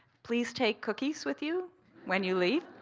please take cookies with you when you leave.